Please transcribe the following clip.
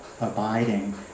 abiding